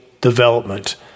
development